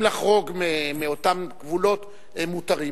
לחרוג מאותם גבולות מותרים,